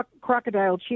crocodile